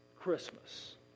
Christmas